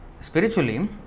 spiritually